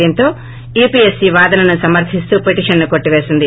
దీంతో యూపీఎస్పీ వాదనను సమర్దిస్తూ పిటిషన్ను కొట్టివేసింది